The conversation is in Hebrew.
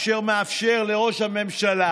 אשר מאפשר לראש הממשלה